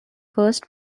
first